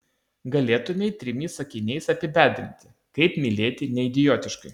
galėtumei trimis sakiniais apibendrinti kaip mylėti neidiotiškai